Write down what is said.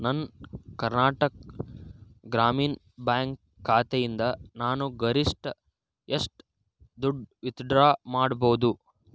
ನನ್ನ ಕರ್ನಾಟಕ ಗ್ರಾಮೀಣ್ ಬ್ಯಾಂಕ್ ಖಾತೆಯಿಂದ ನಾನು ಗರಿಷ್ಠ ಎಷ್ಟು ದುಡ್ಡು ವಿತ್ಡ್ರಾ ಮಾಡ್ಬೋದು